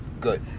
good